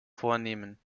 vornehmen